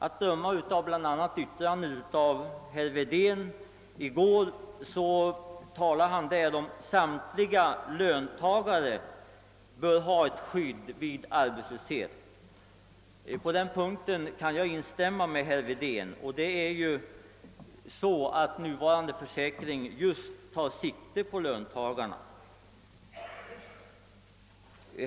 I går yttrade t.ex. herr Wedén att samtliga löntagare bör ha ett skydd vid arbetslöshet. På den punkten kan jag instämma med honom. Nuvarande försäkring tar just sikte på löntagarna.